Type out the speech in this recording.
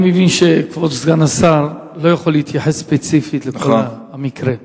אני מבין שכבוד סגן השר לא יכול להתייחס ספציפית לכל המקרה.